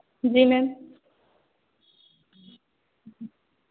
जी ma'am